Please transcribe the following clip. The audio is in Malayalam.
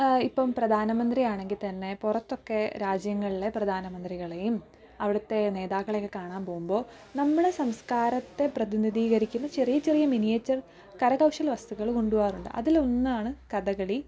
ഇപ്പോള് പ്രധാനമന്ത്രിയാണെങ്കില്ത്തന്നെ പുറത്തൊക്കെ രാജ്യങ്ങളിലെ പ്രധാനമന്ത്രികളെയും അവിടത്തെ നേതാക്കളെയൊക്കെ കാണാന് പോകുമ്പോള് നമ്മുടെ സംസ്കാരത്തെ പ്രതിനിധീകരിക്കുന്ന ചെറിയ ചെറിയ മിനിയേച്ചർ കരകൗശല വസ്തുക്കള് കൊണ്ടുപോവാറുണ്ട് അതിലൊന്നാണ് കഥകളി